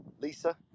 Lisa